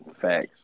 Facts